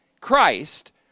Christ